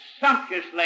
sumptuously